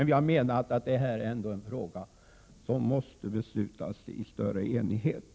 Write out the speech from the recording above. Vi menar dock att beslut om detta måste fattas i en större enighet.